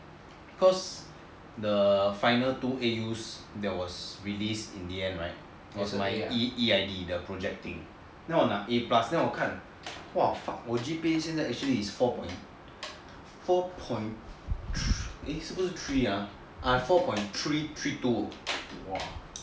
cause the final two A_U that was released in the end right was my E_I_D the project thing then 我拿 A plus then 我看我的 G_P_A 现在 is actually four point three two